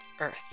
Earth